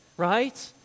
Right